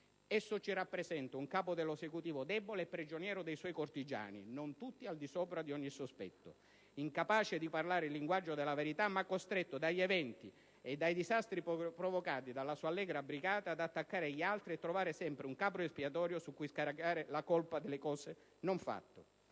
Esso ci rappresenta un Capo dell'Esecutivo debole e prigioniero dei suoi cortigiani (non tutti al di sopra di ogni sospetto), incapace di parlare il linguaggio della verità, ma costretto dagli eventi e dai disastri provocati dalla sua allegra brigata ad attaccare gli altri e trovare sempre un capro espiatorio su cui scaricare la colpa delle cose non fatte.